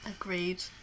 Agreed